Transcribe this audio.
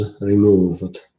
removed